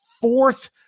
fourth